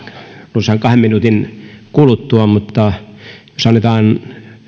runsaan kahden minuutin kuluttua mutta annetaan